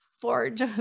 forge